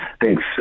Thanks